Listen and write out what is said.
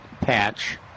patch